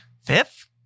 fifth